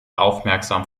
aufmerksam